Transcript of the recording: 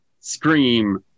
scream